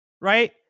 right